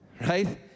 right